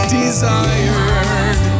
desired